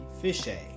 fishy